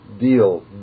deal